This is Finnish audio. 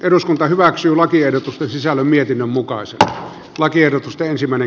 nyt päätetään lakiehdotusten sisällöstä